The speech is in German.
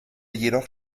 jedoch